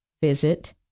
Visit